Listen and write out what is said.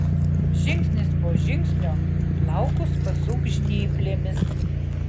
žingsnis po žingsnio plaukus pasuk žnyplėmis